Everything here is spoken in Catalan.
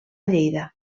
lleida